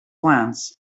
glance